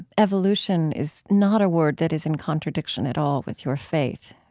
evolution is not a word that is in contradiction at all with your faith.